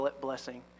blessing